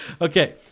okay